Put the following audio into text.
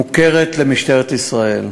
מוכרת למשטרת ישראל.